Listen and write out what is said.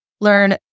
learn